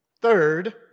Third